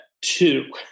two